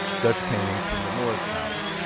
dutch paintings from the mauritshuis.